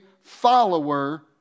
follower